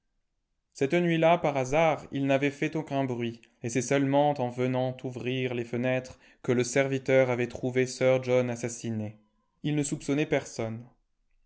cette nuit-là par hasard il n'avait fait aucun bruit et c'est seulement en venant ourir les fenêtres que le serviteur avait trouvé sir john assassiné il ne soupçonnait personne